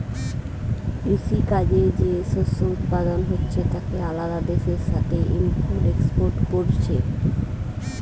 কৃষি কাজে যে শস্য উৎপাদন হচ্ছে তাকে আলাদা দেশের সাথে ইম্পোর্ট এক্সপোর্ট কোরছে